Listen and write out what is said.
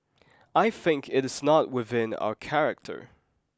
I think it is not within our character